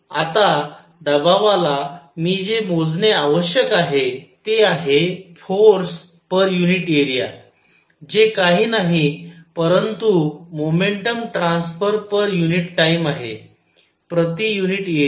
आता दबावाला मी जे मोजणे आवश्यक आहे ते आहे फोर्स पर युनिट एरिया जे काही नाही परंतु momentum transfer per unit time आहे प्रति युनिट एरिया